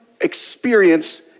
experience